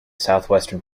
southwestern